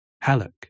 Halleck